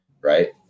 Right